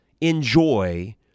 enjoy